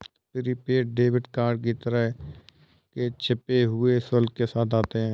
prepaid debit card कई तरह के छिपे हुए शुल्क के साथ आते हैं